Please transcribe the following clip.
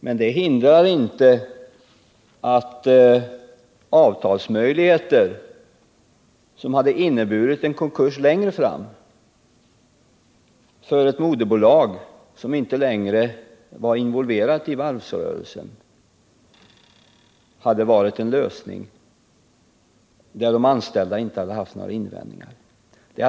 Men det hindrar inte att ett avtal som hade inneburit en konkurs längre fram för moderbolaget då detta inte var involverat i varvsrörelsen hade varit en lösning som de anställda inte hade haft några invändningar mot.